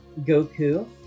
Goku